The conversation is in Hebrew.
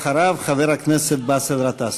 אחריו, חבר הכנסת באסל גטאס.